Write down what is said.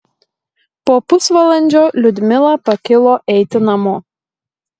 po pusvalandžio liudmila pakilo eiti namo